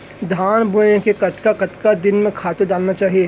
धान बोए के कतका कतका दिन म खातू डालना चाही?